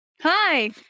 Hi